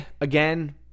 again